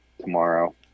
tomorrow